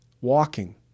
walking